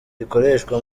rikoreshwa